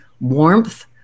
warmth